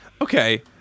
Okay